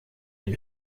den